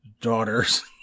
daughter's